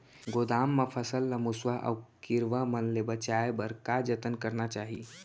गोदाम मा फसल ला मुसवा अऊ कीरवा मन ले बचाये बर का जतन करना चाही?